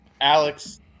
Alex